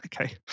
Okay